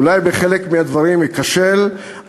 אולי בחלק מהדברים אכשל,